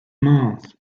month